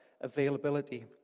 availability